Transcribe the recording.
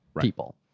people